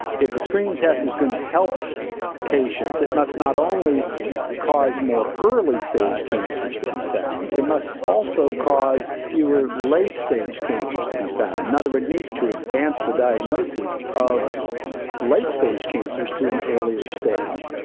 if a screening test is going to help patients it must not only cause more early-stage cancers to be found, it must also cause fewer late stage cancers to be found. in other words, it needs to advance the diagnosis of late-stage cancers to an earlier stage.